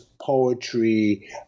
poetry